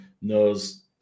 knows